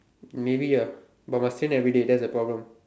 maybe ah but must train everyday that's the problem